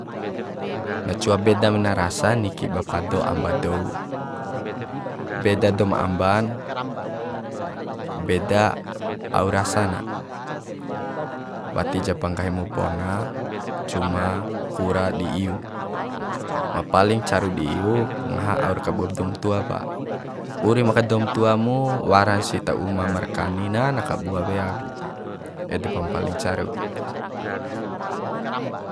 Na cua beda mena rasa niki ba pado amba dou beda douma amban beda au rasa na wati ja pa nggahi mu bona cuma kura di iu ma paling caru di iu ngaha aura kabuab doum tua pa urim aka doum tua mu wara si ta uma markani na na kabua wea ku ede pa paling caru